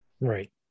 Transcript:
Right